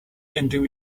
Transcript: into